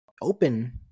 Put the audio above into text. open